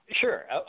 Sure